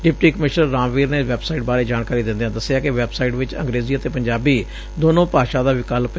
deputy commissioner Ramvir ਨੇ website ਬਾਰੇ ਜਾਣਕਾਰੀ ਦਿੰਦਿਆਂ ਦਸਿਆ ਕਿ ਵੈਬਸਾਈਟ ਵਿਚ ਅੰਗਰੇਜੀ ਅਤੇ ਪੰਜਾਬੀ ਦੋਨੋ ਭਾਸ਼ਾ ਦਾ ਵਿਕਲਪ ਏ